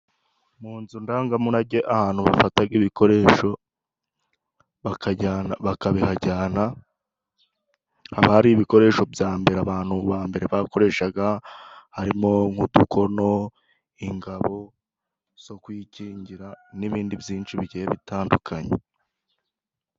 Mu nzu ndangamurage ahantu bafataga ibikoresho bakabihajyana haba hari ibikoresho bya mbere abantu ba mbere bakoreshaga harimo: nk'udukono, ingabo zo kwikingira n'ibindi byinshi bigiye bitandukanye.